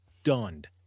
stunned